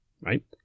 right